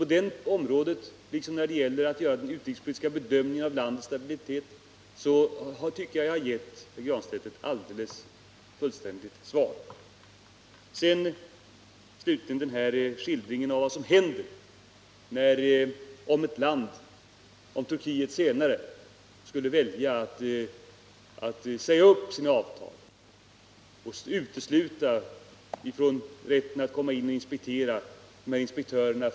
På det området liksom när det gäller att göra den utrikespolitiska bedömningen av landets stabilitet tycker jag att jag har gett herr Granstedt ett alldeles fullständigt svar. Slutligen skildringen av vad som händer om Turkiet senare skulle välja att säga upp sina avtal och utesluta inspektörerna från IAEA från rätten att komma in i landet och inspektera.